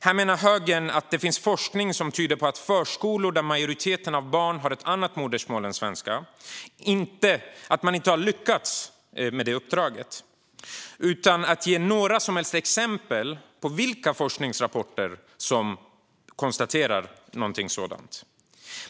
Här menar högern att det finns forskning som visar att förskolor där majoriteten av barnen har ett annat modersmål än svenska inte har lyckats med sitt uppdrag, utan att ge några som helst exempel på vilken forskning som konstaterar sådant.